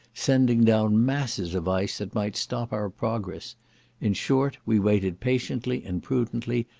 sending down masses of ice that might stop our progress in short, we waited patiently and prudently,